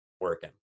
working